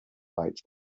fight